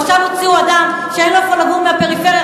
עכשיו הוציאו אדם שאין לו איפה לגור, מהפריפריה.